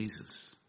Jesus